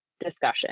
discussion